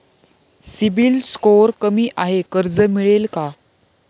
CIBIL score कमी आहे कर्ज मिळेल का?